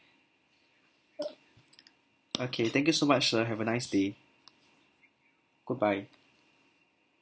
okay thank you so much sir have a nice day goodbye